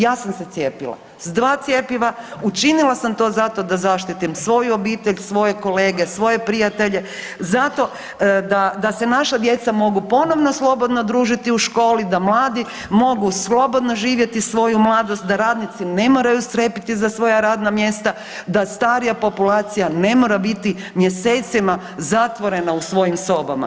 Ja sam se cijepila sa dva cjepiva, učinila sam to zato da zaštitim svoju obitelj, svoje kolege, svoje prijatelje zato da se naša djeca mogu ponovno slobodno družiti u školi, da mladi mogu slobodno živjeti svoju mladost, da radnici ne moraju strepiti za svoja radna mjesta, da starija populacija ne mora biti mjesecima zatvorena u svojim sobama.